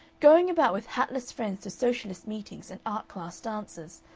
going about with hatless friends to socialist meetings and art-class dances,